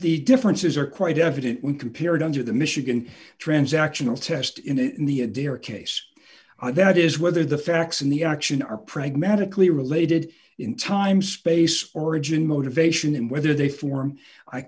the differences are quite evident when compared under the michigan transactional test in the adair case and that is whether the facts in the auction are pragmatically related in time space origin motivation and whether they form i